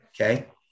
Okay